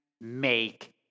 make